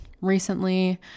recently